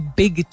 big